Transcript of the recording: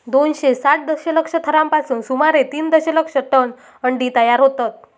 दोनशे साठ दशलक्ष थरांपासून सुमारे तीन दशलक्ष टन अंडी तयार होतत